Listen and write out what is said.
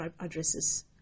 addresses